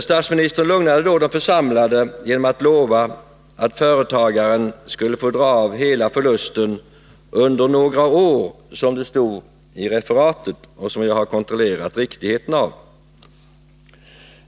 Statsministern lugnade då de församlade genom att lova att företagaren skulle få dra av hela förlusten ”under några år”, som det stod i referatet och som jag har kontrollerat riktigheten av.